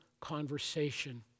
conversation